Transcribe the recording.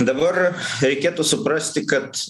dabar reikėtų suprasti kad